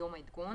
יום העדכון),